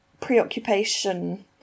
preoccupation